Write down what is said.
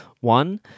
One